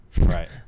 right